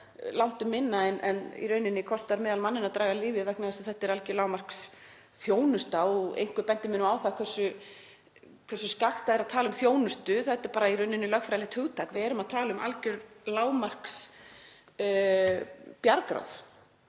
kostar langtum minna en það kostar meðalmanninn að draga fram lífið vegna þess að þetta er algjör lágmarksþjónusta. Einhver benti mér á það hversu skakkt það er að tala um þjónustu, þetta er bara lögfræðilegt hugtak. Við erum að tala um algjör lágmarksbjargráð.